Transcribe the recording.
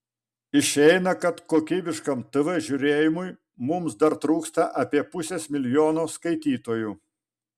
išeina kad kokybiškam tv žiūrėjimui mums dar trūksta apie pusės milijono skaitytojų